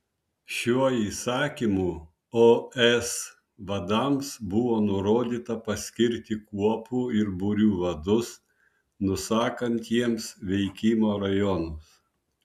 šiuo įsakymu os vadams buvo nurodyta paskirti kuopų ir būrių vadus nusakant jiems veikimo rajonus